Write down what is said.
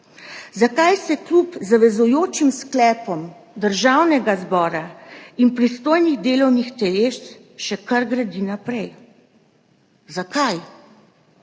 Zakaj se kljub zavezujočim sklepom Državnega zbora in pristojnih delovnih teles še kar gradi naprej? Zakaj?